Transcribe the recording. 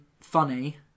funny